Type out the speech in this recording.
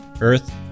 earth